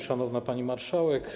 Szanowna Pani Marszałek!